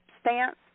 stance